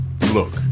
look